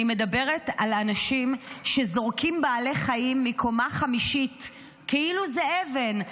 אני מדברת על אנשים שזורקים בעלי חיים מקומה חמישית כאילו זה אבן,